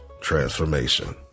transformation